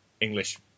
English